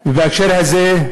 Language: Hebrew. ובהקשר הזה,